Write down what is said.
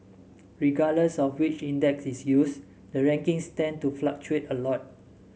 regardless of which index is used the rankings tend to fluctuate a lot